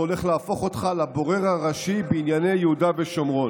זה הולך להפוך אותך לבורר הראשי בענייני יהודה ושומרון.